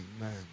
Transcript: Amen